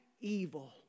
evil